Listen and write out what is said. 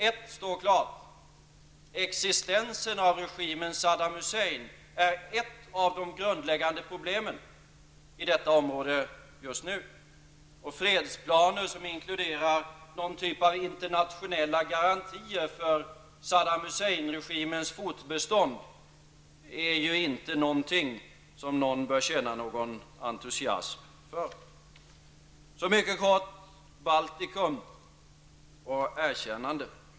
Ett står klart; existensen av regimen Saddam Hussein är ett av de grundläggande problemen i detta område just nu. Fredsplaner som inkluderar någon typ av internationella garantier för Saddam Husseinregimens fortbestånd är inte någonting som man bör känna någon entusiasm inför. Så kort till frågan om Baltikum och erkännande.